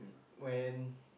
when